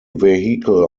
vehicle